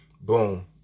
boom